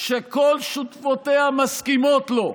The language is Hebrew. שכל שותפותיה לא מסכימות לו.